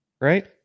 right